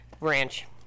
ranch